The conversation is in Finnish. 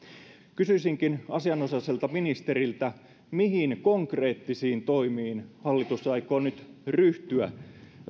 kysyisinkin asianosaiselta ministeriltä mihin konkreettisiin toimiin hallitus aikoo nyt ryhtyä